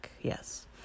yes